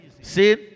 See